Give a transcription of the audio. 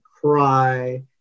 cry